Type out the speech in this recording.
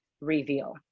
reveal